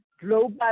global